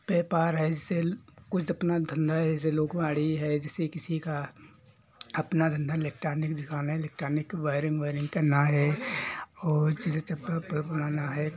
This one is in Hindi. व्यापार है जैसे कुछ अपना धंधा है जैसे लोकवाणी है जैसे किसी का अपना धंधा एलेक्टानिक का काम है एलेक्टानिक की वायरिंग आयरिंग करना है और जैसे चप्पल उप्पल बनाना है